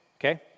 okay